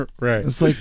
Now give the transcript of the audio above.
right